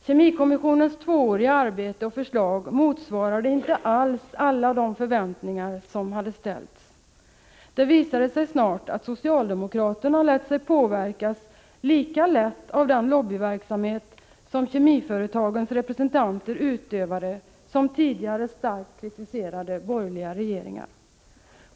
Kemikommissionens tvååriga arbete och förslag motsvarade inte alls alla förväntningarna. Det visade sig snart att socialdemokraterna lät sig påverkas lika lätt av den lobbyverksamhet som kemiföretagens representanter utövade som tidigare starkt kritiserade borgerliga regeringar.